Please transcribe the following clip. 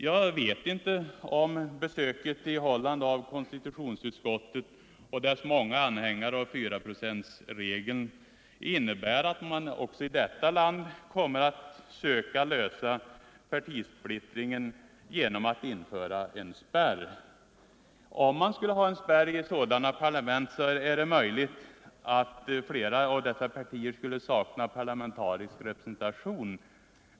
Jag vet inte om besöket i Holland av konstitutionsutskottet och dess många anhängare av 4-procentsregeln innebär att man också i detta land kommer att söka lösa problemet genom att införa en spärr. Om man hade en sådan spärr är det möjligt att flera av partierna skulle sakna parlamentarisk representation.